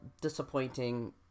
disappointing